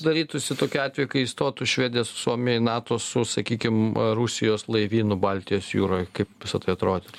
darytųsi tokiu atveju kai įstotų švedija su suomija į nato su sakykim rusijos laivynu baltijos jūroj kaip visa tai atrodytų